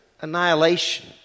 annihilation